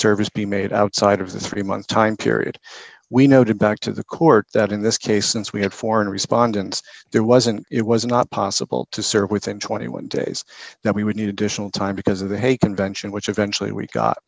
service be made outside of this three month time period we noted back to the court that in this case since we had foreign respondents there wasn't it was not possible to serve within twenty one dollars days that we would need additional time because of the hague convention which eventually we got